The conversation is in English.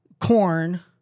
corn